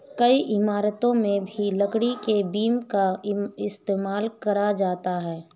कई इमारतों में भी लकड़ी के बीम का इस्तेमाल करा जाता है